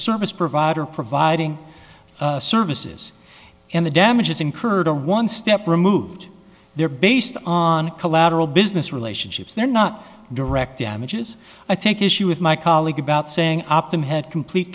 service provider providing services and the damages incurred are one step removed they're based on collateral business relationships they're not direct damages i take issue with my colleague about saying optum had complete